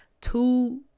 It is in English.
two